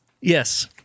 Yes